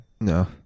No